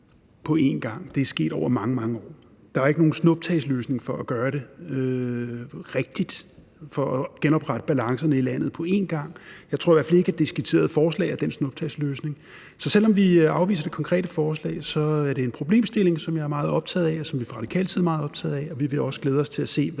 på en gang. Det er sket over mange, mange år. Der er ikke nogen snuptagsløsning for at gøre det rigtigt for at genoprette balancerne i landet på en gang. Jeg tror i hvert fald ikke, at det skitserede forslag er den snuptagsløsning. Så selv om vi afviser det konkrete forslag, er det en problemstilling, som jeg er meget optaget af, og som vi fra radikal side er meget optagede af, og vi vil også glæde os til at se,